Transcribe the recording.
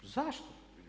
Zašto?